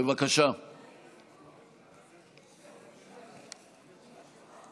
אני מתכבד להודיע לכנסת